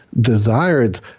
desired